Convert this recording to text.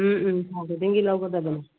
ꯎꯝ ꯎꯝ ꯊꯥ ꯈꯨꯗꯤꯡꯒꯤ ꯂꯧꯒꯗꯕꯅꯤ